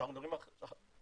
כשאנחנו מדברים,